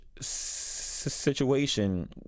situation